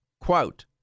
Quote